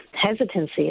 hesitancy